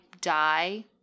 die